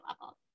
level